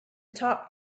talk